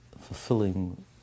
fulfilling